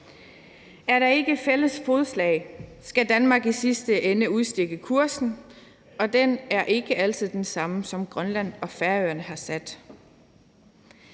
Er der ikke fælles fodslag, skal Danmark i sidste ende udstikke kursen, og den er ikke altid den samme, som Grønland og Færøerne har sat.